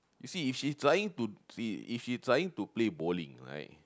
you see if she trying to she if she trying to play bowling right